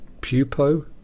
Pupo